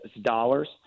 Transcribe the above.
dollars